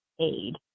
aid